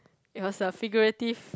it was a figurative